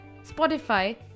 Spotify